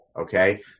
Okay